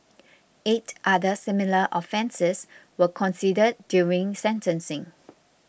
eight other similar offences were considered during sentencing